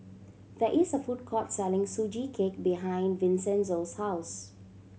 there is a food court selling Sugee Cake behind Vincenzo's house